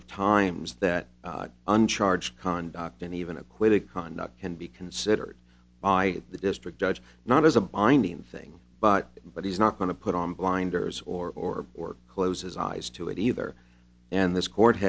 of times that uncharged conduct and even acquitted conduct can be considered by the district judge not as a binding thing but but he's not going to put on blinders or or close his eyes to it either and this court